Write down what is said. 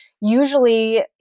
Usually